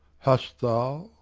hast thou?